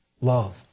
Love